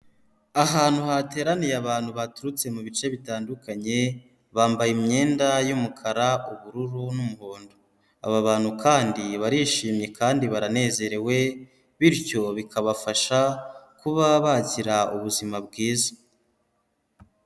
Ahantu hateraniye abantu baturutse mu bice bitandukanye, bambaye imyenda y'umukara. ubururu n'umuhondo, aba bantu kandi barishimye kandi baranezerewe bityo bikabafasha kuba bagira ubuzima bwiza.